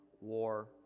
war